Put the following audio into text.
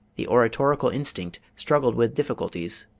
the oratorical instinct struggled with difficulties,